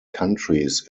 countries